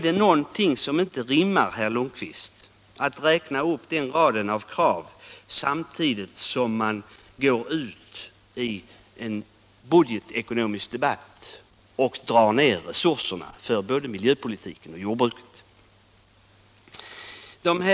Det rimmar inte väl, herr Lundkvist, att ni räknar upp denna rad av krav samtidigt som ni i en budgetekonomisk debatt vill minska resurserna för både miljöpolitiken och jordbruket.